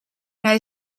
hij